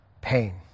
pain